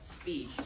speech